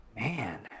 Man